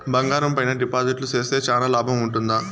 బంగారం పైన డిపాజిట్లు సేస్తే చానా లాభం ఉంటుందా?